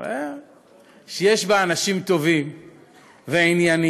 שיש בה אנשים טובים וענייניים,